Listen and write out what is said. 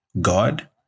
God